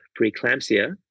preeclampsia